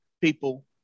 people